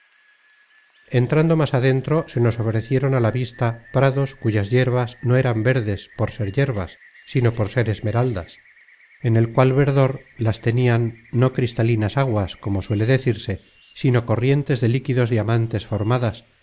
entrando más adentro se nos ofrecieron a la vista prados cuyas yerbas no eran verdes por ser yerbas sino por ser esmeraldas en el cual verdor las tenian no cristalinas aguas como suele decirse sino corrientes de líquidos diamantes formadas